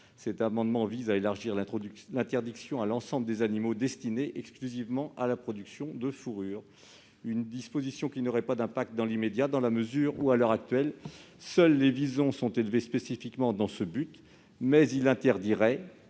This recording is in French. Cet amendement vise donc à élargir l'interdiction de l'élevage à l'ensemble des animaux destinés exclusivement à la production de fourrure. Cette disposition n'aurait pas d'impact dans l'immédiat, dans la mesure où, à l'heure actuelle, seuls les visons sont élevés spécifiquement dans ce but, mais elle interdirait